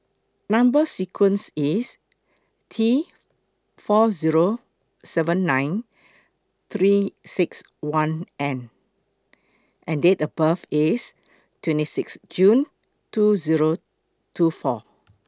Number sequence IS T four Zero seven nine three six one N and Date of birth IS twenty six June two Zero two four